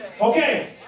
Okay